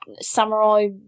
samurai